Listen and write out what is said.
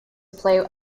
play